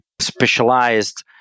specialized